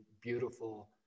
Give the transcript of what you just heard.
beautiful